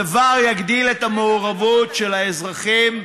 הדבר יגדיל את המעורבות של האזרחים,